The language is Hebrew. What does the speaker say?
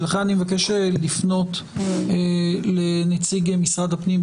לכן אני מבקש לפנות לנציג משרד הפנים,